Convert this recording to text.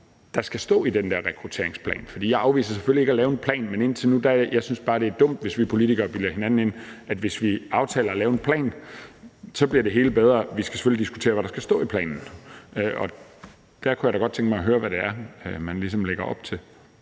der skal stå i den der rekrutteringsplan. Jeg afviser selvfølgelig ikke at lave en plan, men jeg synes bare, det er dumt, hvis vi politikere bilder hinanden ind, at hvis vi aftaler at lave en plan, bliver det hele bedre. Vi skal selvfølgelig diskutere, hvad der skal stå i planen. Og der kunne jeg da godt tænke mig at høre, hvad det er, man ligesom lægger op til.